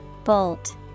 Bolt